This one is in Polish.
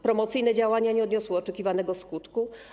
Promocyjne działania nie odniosły oczekiwanego skutku.